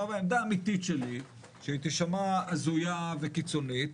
העמדה האמיתית שלי, שתישמע הזויה וקיצונית,